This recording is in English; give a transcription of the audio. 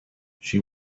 she